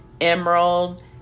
emerald